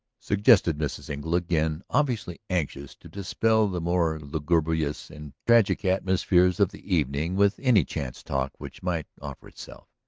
suggested mrs. engle, again obviously anxious to dispel the more lugubrious and tragic atmospheres of the evening with any chance talk which might offer itself.